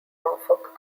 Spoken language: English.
norfolk